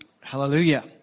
Hallelujah